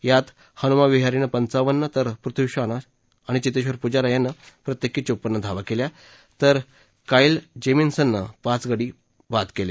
यात हनुमा विहारीनं पंचावन्न तर पृथ्वी शॉ आणि चेतेश्र्वर पुजारा यांनी प्रत्येकी चोपन्न धावा केल्या तर काईल जेमीसननं पाच गडी बाद केले